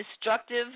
destructive